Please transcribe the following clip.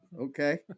okay